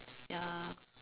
ya